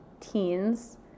teens